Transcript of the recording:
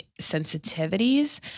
sensitivities